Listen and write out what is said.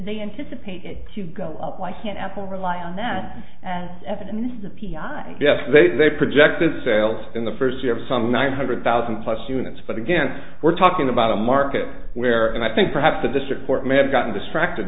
they anticipate it to go up why can't apple rely on that and evidence that p i yes they projected sales in the first year of some nine hundred thousand plus units but again we're talking about a market where and i think perhaps the district court may have gotten distracted